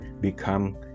become